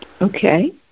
Okay